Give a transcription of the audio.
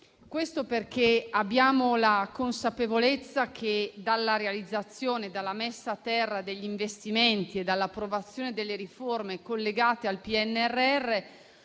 Questo perché abbiamo la consapevolezza che dalla realizzazione e dalla messa a terra degli investimenti e dall'approvazione delle riforme collegate al PNRR